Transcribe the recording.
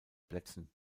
plätzen